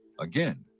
Again